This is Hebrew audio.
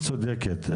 היא צודקת,